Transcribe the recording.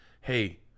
hey